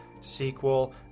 sequel